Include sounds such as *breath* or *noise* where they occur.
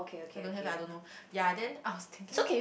I don't have eh I don't know *breath* yea then I was thinking